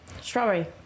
Strawberry